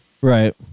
Right